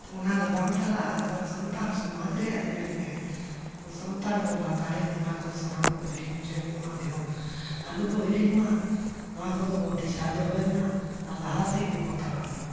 ᱛᱚ ᱚᱱᱟ ᱫᱚ ᱵᱟᱝ ᱪᱟᱞᱟᱜᱼᱟ ᱟᱵᱚᱣᱟᱜ ᱥᱟᱱᱛᱟᱲ ᱥᱚᱢᱟᱡᱽ ᱨᱮᱱᱟᱜ ᱧᱮᱞᱯᱮ ᱟᱵᱚ ᱥᱟᱱᱛᱟᱲ ᱵᱚᱱ ᱞᱟᱛᱟᱨᱮᱫ ᱵᱚᱱᱟ ᱠᱚ ᱥᱟᱱᱟᱢ ᱠᱚ ᱦᱤᱲᱤᱧ ᱦᱚᱪᱚᱭᱮᱫ ᱵᱚᱱᱟ ᱡᱮᱢᱚᱱ ᱟᱞᱚ ᱵᱚᱱ ᱦᱤᱲᱤᱧ ᱢᱟ ᱱᱚᱣᱟ ᱠᱚᱫᱚ ᱵᱚᱱ ᱫᱤᱥᱟᱹ ᱫᱚᱦᱚᱭᱢᱟ ᱟᱨ ᱞᱟᱦᱟ ᱥᱮᱫ ᱜᱮᱵᱚᱱ ᱛᱟᱲᱟᱢ ᱢᱟ